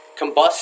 combust